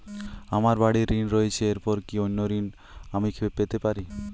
আমার বাড়ীর ঋণ রয়েছে এরপর কি অন্য ঋণ আমি পেতে পারি?